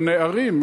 בנערים,